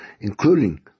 including